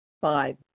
five